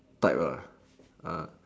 type